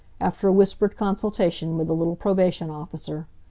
after a whispered consultation with the little probation officer.